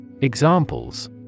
Examples